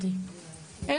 אני